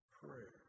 prayer